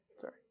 Sorry